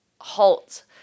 halt